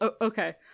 Okay